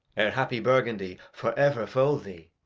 e'er happy burgundy for ever fold thee,